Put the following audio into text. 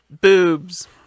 Boobs